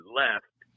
left